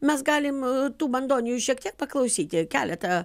mes galim tų bandonijų šiek tiek paklausyti keletą